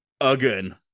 again